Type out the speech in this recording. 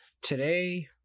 Today